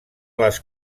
les